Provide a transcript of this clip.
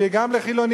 שיהיה גם לחילונים,